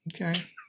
Okay